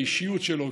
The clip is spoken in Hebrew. האישיות שלו,